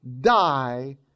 die